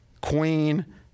queen